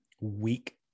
weak